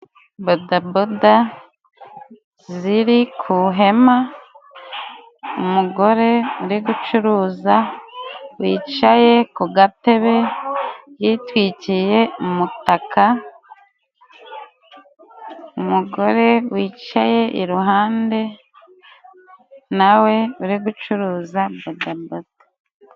Bodaboda ziri ku ihema, umugore uri gucuruza wicaye ku gatebe yitwikiye umutaka, umugore wicaye iruhande na we uri gucuruza bodaboda.